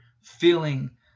feeling